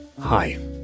hi